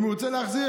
אם הוא ירצה להחזיר,